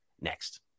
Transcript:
next